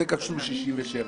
זה כבשו ב-67',